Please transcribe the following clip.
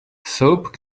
soap